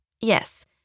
Yes